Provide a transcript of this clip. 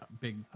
big